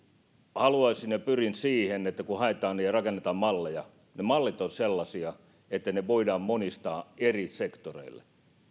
haluaisin ja pyrin siihen että kun haetaan ja rakennetaan malleja ne mallit ovat sellaisia että ne voidaan monistaa eri sektoreille